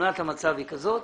תמונת המצב היא כזאת